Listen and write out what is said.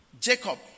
Jacob